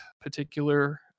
particular